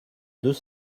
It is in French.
deux